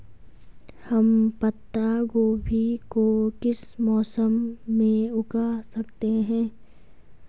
हम पत्ता गोभी को किस मौसम में उगा सकते हैं?